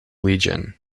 legion